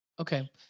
Okay